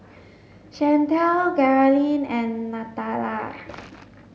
Shantel Geralyn and Nathalia